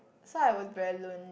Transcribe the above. so I was very lonely